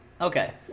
Okay